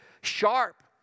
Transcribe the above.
sharp